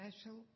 special